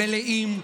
מלאים,